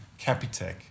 Capitec